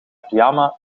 pyjama